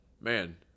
Man